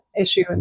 issue